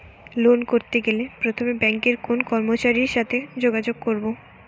Loan করতে গেলে প্রথমে ব্যাঙ্কের কোন কর্মচারীর সাথে যোগাযোগ করব?